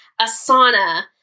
Asana